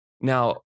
Now